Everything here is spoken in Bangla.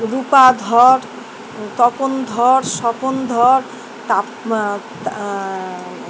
রূপা ধর তপন ধর স্বপন ধর তাপ